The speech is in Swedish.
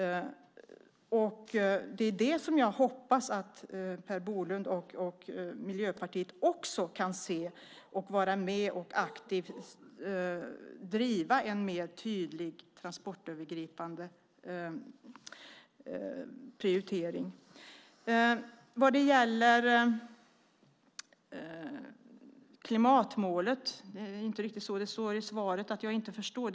Det är det jag hoppas att Per Bolund och Miljöpartiet också kan se. Jag hoppas att de kan vara med och aktivt driva en mer tydlig transportövergripande prioritering. Vad gäller klimatmålet står det inte riktigt i svaret att jag inte förstår.